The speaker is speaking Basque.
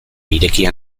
irekia